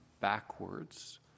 backwards